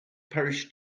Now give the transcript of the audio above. parish